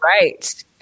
right